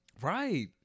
Right